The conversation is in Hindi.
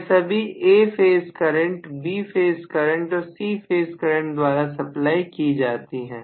यह सभी A phase current B phase current और C फेज करंट द्वारा सप्लाई की जाती है